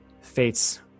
Fate's